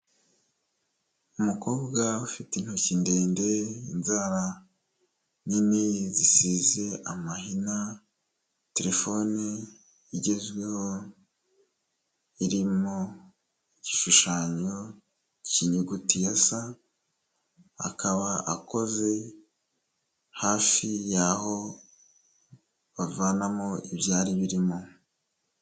Umukobwa ufite intoki ndende, inzara nini zisize amahina, telefone igezweho iri mu gishushanyo cy'inyuguti ya sa, akaba akoze hafi y'aho bavanamo ibyari birimo.